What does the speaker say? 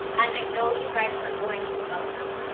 and i know you guys are going to love them.